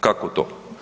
Kako to?